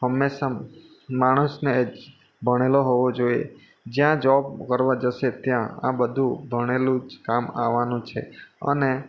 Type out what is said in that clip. હંમેશા માણસને જ ભણેલો હોવો જોઈએ જ્યાં જોબ કરવા જશે ત્યાં આ બધું ભણેલું જ કામ આવવાનું છે અને